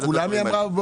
אמרה לכולם.